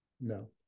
no